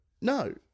no